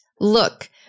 look